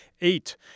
Eight